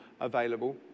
available